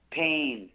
pain